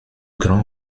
grands